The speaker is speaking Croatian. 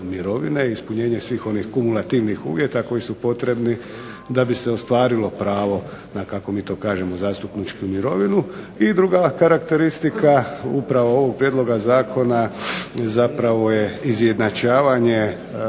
ispunjavanje svih onih kumulativnih uvjeta koji su potrebni da bi se ostvarilo pravo na kako mi to kažemo zastupničku mirovinu i druga karakteristika upravo ovog prijedloga zakona je zapravo izjednačavanje